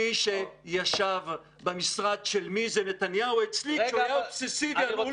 מי שישב במשרד של מי זה נתניהו אצלי כי הוא היה אובססיבי על אולמרט.